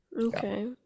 Okay